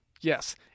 Yes